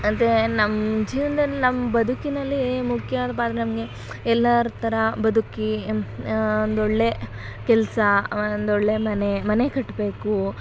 ಅಂದರೆ ನಮ್ಮ ಜೀವನ್ದಲ್ಲಿ ನಮ್ಮ ಬದುಕಿನಲ್ಲಿ ಮುಖ್ಯವಾದ ಪಾತ್ರ ನಮಗೆ ಎಲ್ಲರ ಥರ ಬದುಕಿ ಒಂದೊಳ್ಳೆ ಕೆಲಸ ಒಂದೊಳ್ಳೆ ಮನೆ ಮನೆ ಕಟ್ಟಬೇಕು